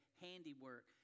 handiwork